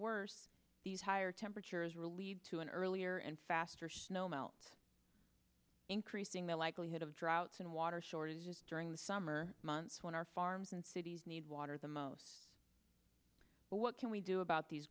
worse these higher temperatures relieved to an earlier and faster snow melt increasing the likelihood of droughts and water shortages during the summer months when our farms and cities need water the most but what can we do about these